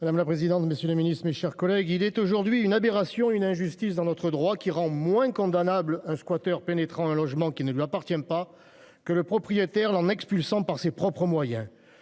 Madame la présidente. Monsieur le Ministre, mes chers collègues. Il est aujourd'hui une aberration, une injustice dans notre droit qui rend moins condamnable squatteur pénétrant un logement qui ne lui appartient pas que le propriétaire en expulsant par ses propres moyens